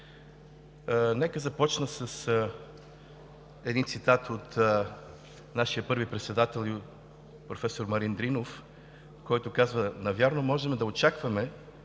Нека започна с един цитат от нашия първи председател професор Марин Дринов, който казва: „Навярно можем да очакваме,